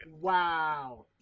Wow